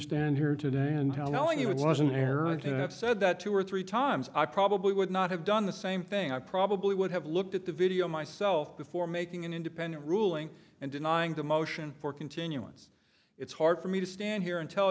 stand here today and telling you it was an error to have said that two or three times i probably would not have done the same thing i probably would have looked at the video myself before making an independent ruling and denying the motion for continuance it's hard for me to stand here and tell